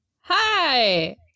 Hi